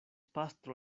pastro